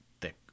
thick